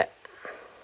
and